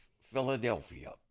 Philadelphia